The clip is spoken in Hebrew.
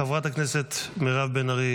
חברת הכנסת מירב בן ארי,